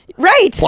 Right